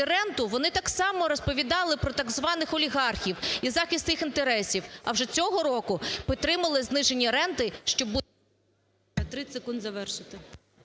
ренту, вони так само розповідали про так званих олігархів і захист їх інтересів, а вже цього року підтримали зниження ренти, щоб…